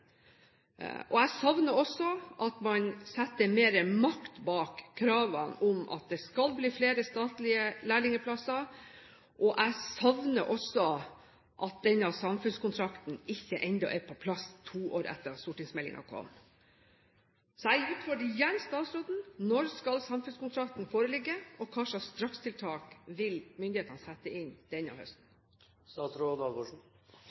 Jeg savner også at man setter mer makt bak kravene om at det skal bli flere statlige lærlingplasser. Jeg savner også denne samfunnskontrakten som ennå ikke er på plass – to år etter at stortingsmeldingen kom. Jeg utfordrer igjen statsråden: Når vil samfunnskontrakten foreligge? Og hvilke strakstiltak vil myndighetene sette inn denne